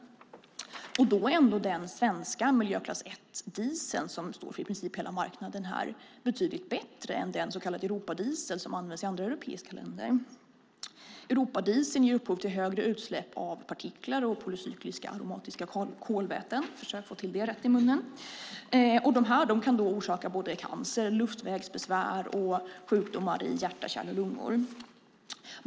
Den svenska miljöklass 1-dieseln som står för i princip hela marknaden är ändå betydligt bättre än den så kallade Europadieseln som används i andra europeiska länder. Europadieseln ger upphov till större utsläpp av partiklar och polycykliska aromatiska kolväten som kan orsaka cancer, luftvägsbesvär och sjukdomar i hjärta, kärl och lungor.